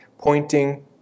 pointing